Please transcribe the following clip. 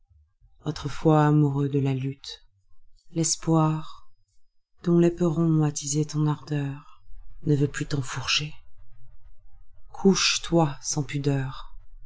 autrefois amoureux de la lutte l'espoir dont péperon attisait ton ardeur ne veut plus t'cnfourcher couche-toi sans pudeur